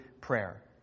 prayer